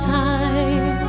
time